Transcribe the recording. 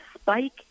spike